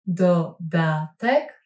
dodatek